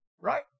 right